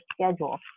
schedule